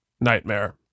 nightmare